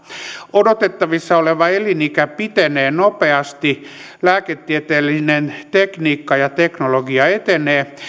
odotettavissa oleva elinikä pitenee nopeasti lääketieteellinen tekniikka ja teknologia etenee